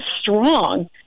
strong